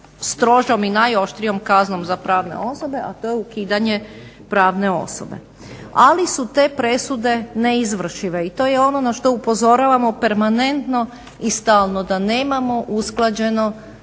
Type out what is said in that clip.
najstrožom i najoštrijom kaznom za pravne osobe, a to je ukidanje pravne osobe, ali su te presude neizvršive i to je ono na što upozoravamo permanentno i stalno, da nemamo usklađeno